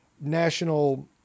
national